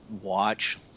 watch